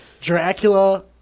Dracula